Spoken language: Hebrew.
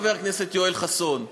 חבר הכנסת יואל חסון,